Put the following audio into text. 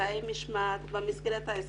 אמצעי משמעת במסגרת ההסכם.